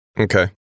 Okay